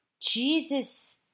Jesus